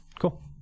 Cool